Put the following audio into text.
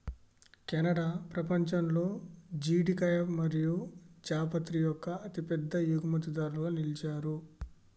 Canada పపంచంలో జీడికాయ మరియు జాపత్రి యొక్క అతిపెద్ద ఎగుమతిదారులుగా నిలిచారు